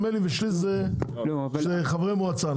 שליש אנשי הציבור זה נדמה לי חברי מועצה.